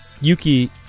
Yuki